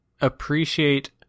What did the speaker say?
appreciate